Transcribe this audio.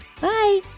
Bye